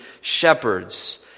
shepherds